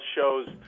shows